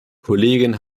kollegin